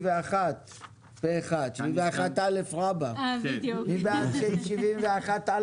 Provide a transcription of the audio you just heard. הצבעה סעיף 85(70) אושר מי בעד סעיף 71?